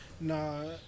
No